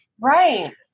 right